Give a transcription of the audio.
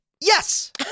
Yes